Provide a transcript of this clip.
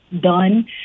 done